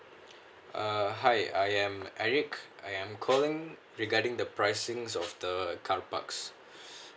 uh hi I am eric I'm calling regarding the pricing of the carparks